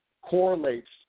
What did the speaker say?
Correlates